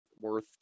worth